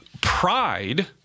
pride